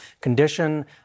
condition